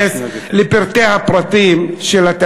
כבר נתתי לך חמש שניות יותר.